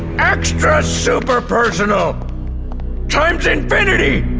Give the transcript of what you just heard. extra-super-personal! times infinity!